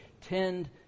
tend